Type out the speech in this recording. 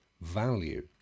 value